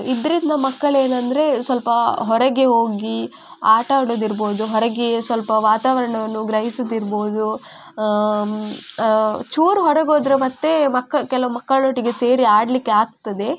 ಇದರಿಂದ ಮಕ್ಕಲೇ ಏನೆಂದರೆ ಸ್ವಲ್ಪ ಹೊರಗೆ ಹೋಗಿ ಆಟ ಆಡೋದು ಇರ್ಬೋದು ಹೊರಗೆ ಸ್ವಲ್ಪ ವಾತಾವರಣವನ್ನು ಗ್ರಹಿಸುವುದು ಇರ್ಬೋದು ಚೂರು ಹೊರಗೋದ್ರೆ ಮತ್ತು ಮಕ್ ಕೆಲವು ಮಕ್ಕಳೊಟ್ಟಿಗೆ ಸೇರಿ ಆಡಲಿಕ್ಕೆ ಆಗ್ತದೆ